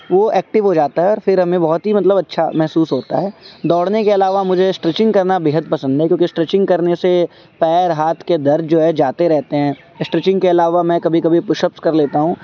وہ ایکٹو ہو جاتا ہے اور پھر ہمیں بہت ہی مطلب اچھا محسوس ہوتا ہے دوڑنے کے علاوہ مجھے اسٹریچنگ کرنا بےحد پسند ہے کیونکہ اسٹریچنگ کرنے سے پیر ہاتھ کے درد جو ہے جاتے رہتے ہیں اسٹریچنگ کے علاوہ میں کبھی کبھی پوشپس کر لیتا ہوں